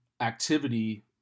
activity